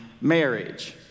marriage